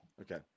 Okay